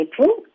April